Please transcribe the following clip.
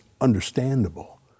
understandable